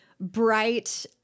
bright